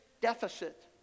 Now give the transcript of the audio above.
deficit